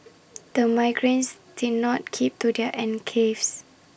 the migrants did not keep to their enclaves